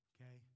Okay